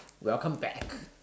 welcome back